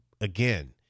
Again